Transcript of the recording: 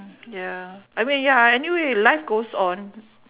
ya I mean ya anyway life goes on